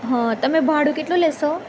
હા તમે ભાડું કેટલું લેશો